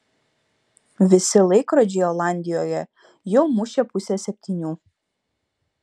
visi laikrodžiai olandijoje jau mušė pusę septynių